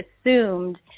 assumed